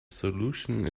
solution